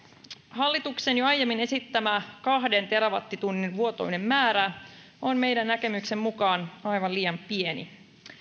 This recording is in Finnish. hallituksen jo aiemmin esittämä kahden terawattitunnin vuotuinen määrä on meidän näkemyksemme mukaan aivan liian pieni